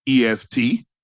EST